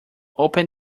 open